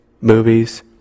movies